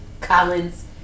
collins